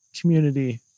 community